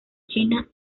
china